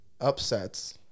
upsets